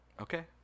Okay